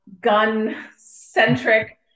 gun-centric